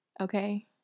Okay